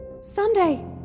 Sunday